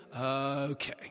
okay